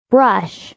Brush